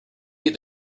meet